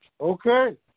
Okay